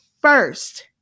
first